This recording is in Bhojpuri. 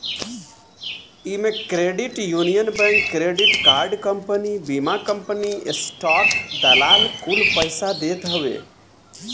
इमे credit union bank, credit card company, बीमा कंपनी, स्टाक दलाल कुल पइसा देत हवे